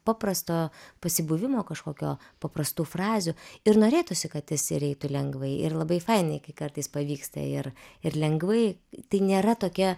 paprasto pasibuvimo kažkokio paprastų frazių ir norėtųsi kad jis ir eitų lengvai ir labai fainiai kai kartais pavyksta ir ir lengvai tai nėra tokia